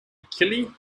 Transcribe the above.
achille